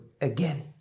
again